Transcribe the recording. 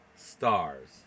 Stars